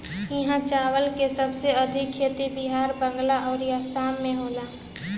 इहा चावल के सबसे अधिका खेती बिहार, बंगाल अउरी आसाम में होला